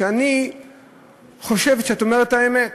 שאני חושב שאת אומרת את האמת.